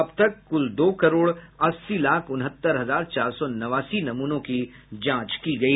अब तक कुल दो करोड़ अस्सी लाख उनहत्तर हजार चार सौ नवासी नमूनों की जांच की गयी